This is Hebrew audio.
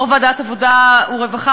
יושב-ראש ועדת העבודה והרווחה,